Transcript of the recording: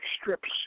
strips